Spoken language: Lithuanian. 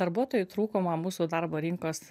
darbuotojų trūkumą mūsų darbo rinkos